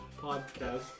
podcast